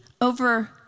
Over